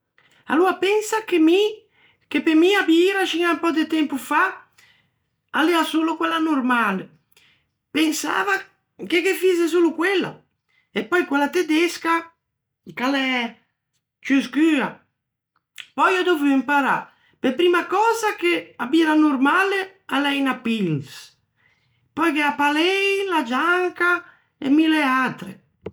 Aloa, pensa che mi, che pe mi a bira scin à un pö de tempo fa a l'ea solo quella normale, pensavo che ghe fïse solo quella, e pöi quella tedesca, ch'a l'é ciù scua. Pöi ò dovuo imparâ pe primma cösa che bira normale a l'é unna pils, pöi gh'é a pale ale, a gianca e mille atre.